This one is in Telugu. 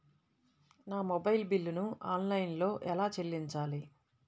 నా మొబైల్ బిల్లును ఆన్లైన్లో ఎలా చెల్లించాలి?